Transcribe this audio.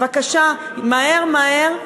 מהר מהר,